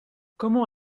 comment